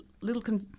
little